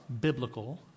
biblical